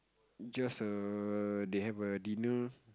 just a they have a dinner